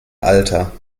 alter